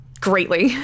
greatly